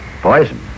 Poison